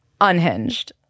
unhinged